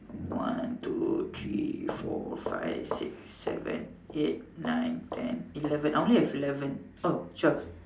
one two three four five six seven eight nine ten eleven I only have eleven oh twelve